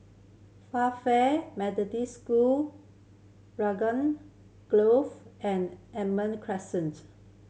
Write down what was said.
Methodist School Grove and Almond Crescent